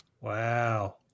Wow